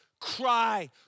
cry